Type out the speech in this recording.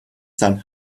sein